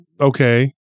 okay